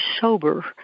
sober